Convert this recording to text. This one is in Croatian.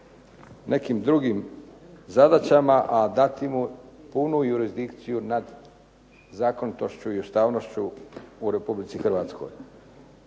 nekim drugim zadaćama, a dati mu punu jurisdikciju nad zakonitošću i ustavnošću u RH. Pošto